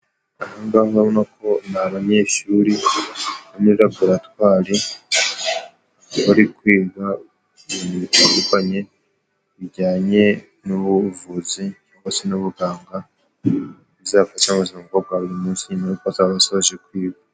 Abangaba urabona ko ni abanyeshuri bari muri laboratwari, bari kwiga ibintu bitandukanye, bijyanye n'ubuvuzi, basa n'abuganga, bizafasha mu buzima bwa buri munsi, nyuma y'uko bazaba basoreje kwiga.